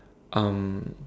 um